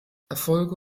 erfolge